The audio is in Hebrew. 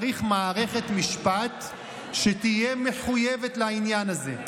צריך מערכת משפט שתהיה מחויבת לעניין הזה.